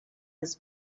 his